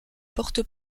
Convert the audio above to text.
porte